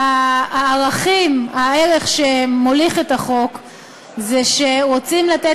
הערך שמוליך את החוק הוא שרוצים לתת